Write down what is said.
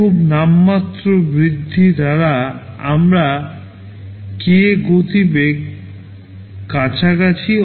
খুব নামমাত্র ব্যয়বৃদ্ধি দ্বারা আমরা k গতিবেগ প্রায় অর্জন করছি